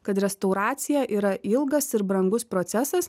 kad restauracija yra ilgas ir brangus procesas